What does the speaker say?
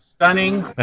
Stunning